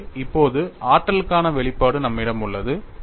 எனவே இப்போது ஆற்றலுக்கான வெளிப்பாடு நம்மிடம் உள்ளது